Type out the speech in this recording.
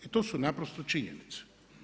I to su naprosto činjenice.